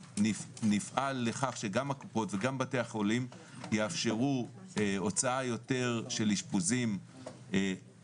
שנפעל לכך שגם הקופות וגם בתי החולים יאפשרו הוצאה יותר של אשפוזים לבית,